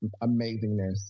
amazingness